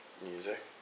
music